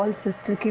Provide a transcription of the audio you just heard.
um sister